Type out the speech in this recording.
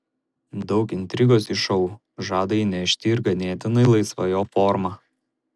daug intrigos į šou žada įnešti ir ganėtinai laisva jo forma